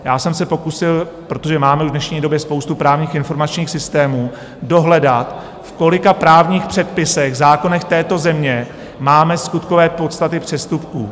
Já jsem se pokusil, protože máme už v dnešní době spoustu právních informačních systémů, dohledat, v kolika právních předpisech, zákonech této země máme skutkové podstaty přestupků.